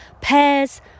pears